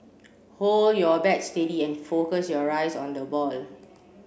hold your bat steady and focus your eyes on the ball